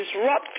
Disrupt